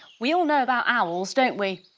we all know about owls don't we?